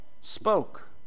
spoke